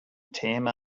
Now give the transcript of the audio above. thema